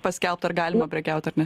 paskelbt ar galima prekiaut ar ne